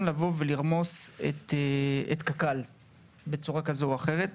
לבוא ולרמוס את קק"ל בצורה כזו או אחרת.